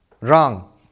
Wrong